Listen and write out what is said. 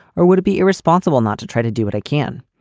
or would it be irresponsible not to try to do what i can?